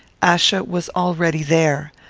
achsa was already there.